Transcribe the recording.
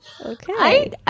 Okay